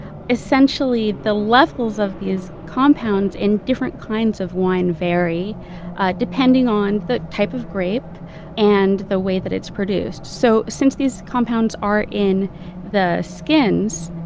essentially, the different levels of these compounds in different kinds of wines vary depending on the type of grape and the way that it's produced. so since these compounds are in the skins,